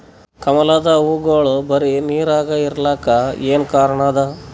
ಕಮಲದ ಹೂವಾಗೋಳ ಬರೀ ನೀರಾಗ ಇರಲಾಕ ಏನ ಕಾರಣ ಅದಾ?